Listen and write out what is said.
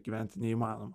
gyventi neįmanoma